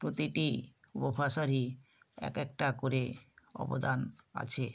প্রতিটি উপভাষারই এক একটা করে অবদান আছে